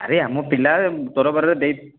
ଆରେ ଆମ ପିଲା ତରବରରେ ଦେଇ